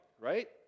right